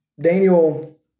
Daniel